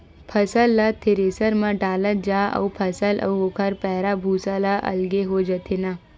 फसल ल थेरेसर म डालत जा अउ फसल अउ ओखर पैरा, भूसा ह अलगे हो जाथे न